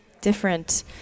different